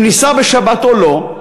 אם ניסע בשבת או לא.